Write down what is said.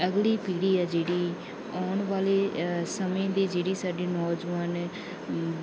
ਅਗਲੀ ਪੀੜ੍ਹੀ ਹੈ ਜਿਹੜੀ ਆਉਣ ਵਾਲੇ ਸਮੇਂ ਦੀ ਜਿਹੜੀ ਸਾਡੇ ਨੌਜਵਾਨ